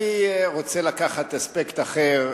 אני רוצה לקחת אספקט אחר,